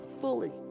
fully